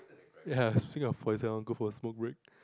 ya speaking of poison I want go for smoke break